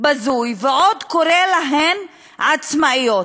בזוי ועוד קורא להן עצמאיות.